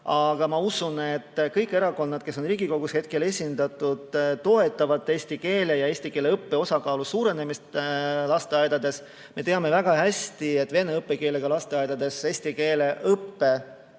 Aga ma usun, et kõik erakonnad, kes on Riigikogus hetkel esindatud, toetavad eesti keele ja eesti keele õppe osakaalu suurenemist lasteaedades. Me teame väga hästi, et vene õppekeelega lasteaedades eesti keele õpe